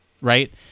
right